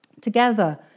Together